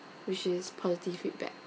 which is positive feedback